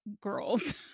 girls